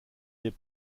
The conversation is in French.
les